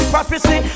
Prophecy